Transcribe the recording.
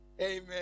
Amen